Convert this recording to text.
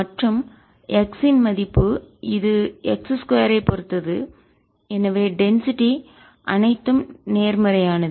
மற்றும் x இதன் மதிப்பு இது x2 ஐ பொறுத்தது எனவே டென்சிட்டி அடர்த்தி அனைத்தும் நேர்மறையானது